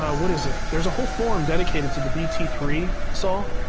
ah what is it? there's a whole forum dedicated to the b t three saw,